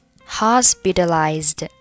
hospitalized